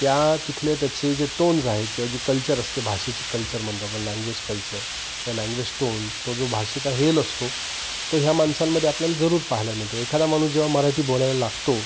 त्या तिथले त्याचे जे टोन्स आहेत किंवा जी कल्चर असते भाषेची कल्चर म्हणतो आपण लँग्वेज कल्चर किंवा लँग्वेज टोन तो जो भाषेचा हेल असतो तो ह्या माणसांमध्ये आपल्याला जरूर पाहायला मिळतो एखादा माणूस जेव्हा मराठी बोलायला लागतो